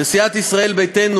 לסיעת ישראל ביתנו,